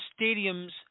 stadiums